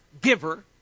giver